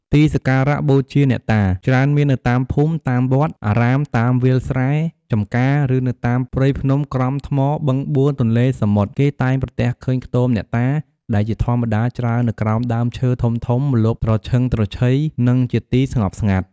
ទីសក្ការៈបូជាអ្នកតា ច្រើនមាននៅតាមភូមិ តាមវត្ដ អារាមតាមវាលស្រែ ចំការ ឬនៅតាម ព្រៃភ្នំក្រំថ្ម បឹងបួរ ទន្លេ សមុទ្រ គេតែងប្រទះឃើញខ្ទមអ្នកតាដែលជាធម្មតាច្រើននៅក្រោមដើមឈើធំៗម្លប់ត្រឈឹងត្រឈៃ និងជាទីស្ងប់ស្ងាត់។